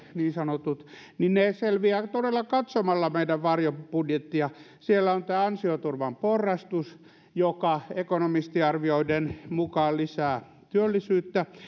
niin sanotut sosiaaliturvan leikkaukset ne selviävät todella katsomalla meidän varjobudjettiamme siellä on tämä ansioturvan porrastus joka ekonomistiarvioiden mukaan lisää työllisyyttä siellä